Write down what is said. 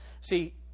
See